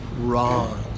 Wrong